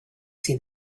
see